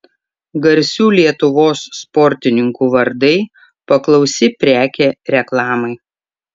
garsių lietuvos sportininkų vardai paklausi prekė reklamai